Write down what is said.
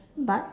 but